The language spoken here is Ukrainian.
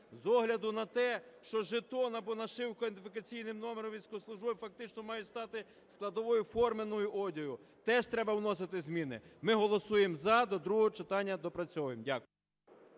З огляду на те, що жетон або нашивка з ідентифікаційним номером військовослужбовців фактично має стати складовою форменого одягу. Теж треба вносити зміни. Ми голосуємо "за", до другого читання доопрацьовуємо. Дякую.